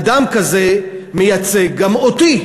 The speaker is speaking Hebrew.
אדם כזה מייצג גם אותי,